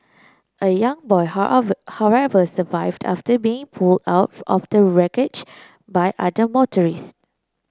a young boy however survived after being pulled out of the wreckage by other motorists